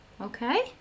Okay